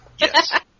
Yes